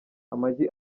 amagi